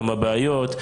כמה בעיות,